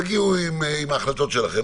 תגיעו עם ההחלטות שלכם,